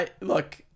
look